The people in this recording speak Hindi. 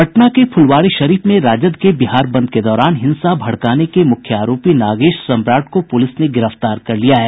पटना के फुलवारीशरीफ में राजद के बिहार बंद के दौरान हिंसा भड़काने के मुख्य आरोपी नागेश सम्राट को पुलिस ने गिरफ्तार कर लिया है